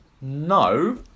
no